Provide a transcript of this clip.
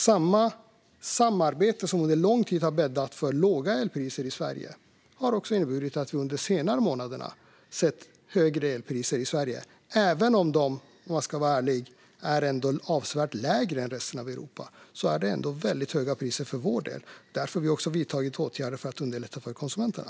Samma samarbete som under lång tid har bäddat för låga elpriser i Sverige har inneburit att vi under de senaste månaderna har sett högre elpriser i Sverige. Även om de, om man ska vara ärlig, är avsevärt lägre än i resten av Europa är det väldigt höga priser för vår del. Därför har regeringen vidtagit åtgärder för att underlätta för konsumenterna.